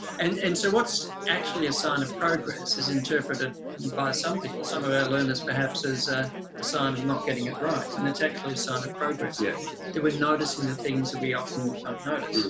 and and so what's actually a sign of progress is interpreted by some people, some of our learners perhaps as ah a sign of not getting it right. and it's actually a sign of progress. yes. that we're noticing the things we often don't notice.